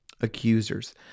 accusers